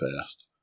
fast